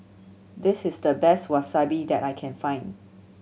this is the best Wasabi that I can find